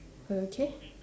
okay